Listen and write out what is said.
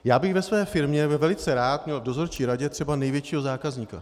Já bych ve své firmě měl velice rád v dozorčí radě třeba největšího zákazníka.